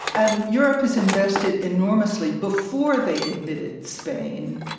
and europe has invested enormously before they admitted spain